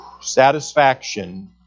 satisfaction